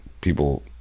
people